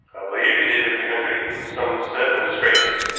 i believe he did leave the country some said in disgrace.